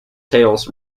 tales